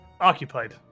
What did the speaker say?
occupied